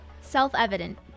Self-evident